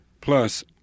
Plus